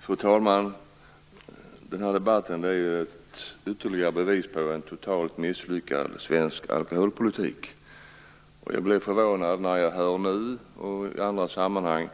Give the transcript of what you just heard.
Fru talman! Den här debatten är ytterligare ett bevis på en totalt misslyckad svensk alkoholpolitik. Jag blir förvånad när jag nu, liksom jag gjort i andra sammanhang,